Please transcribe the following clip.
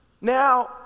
Now